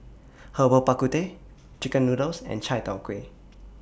Herbal Bak Ku Teh Chicken Noodles and Chai Tow Kway